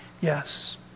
Yes